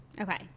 Okay